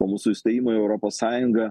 po mūsų įstojimo į europos sąjungą